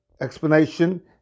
explanation